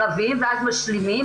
רבים ואז משלימים,